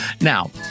Now